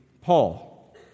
Paul